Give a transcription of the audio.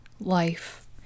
life